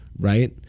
right